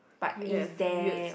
but is damn